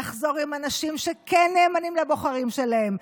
נחזור עם אנשים שכן נאמנים לבוחרים שלהם,